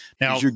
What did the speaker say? Now